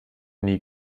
nie